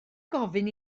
gofyn